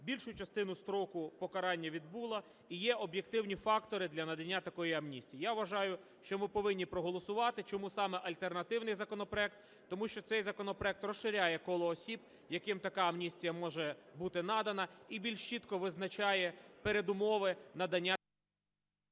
більшу частину строку покарання відбула і є об'єктивні фактори для надання такої амністії. Я вважаю, що ми повинні проголосувати. Чому саме альтернативний законопроект? Тому що цей законопроект розширяє коло осіб, яким така амністія може бути надана, і більш чітко визначає передумови надання...